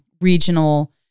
regional